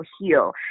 heal